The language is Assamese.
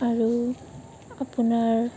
আৰু আপোনাৰ